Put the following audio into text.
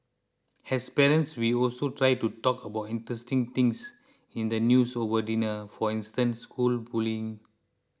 as parents we also try to talk about interesting things in the news over dinner for instance school bullying